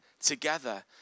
together